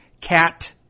cat